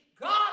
God